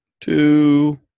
two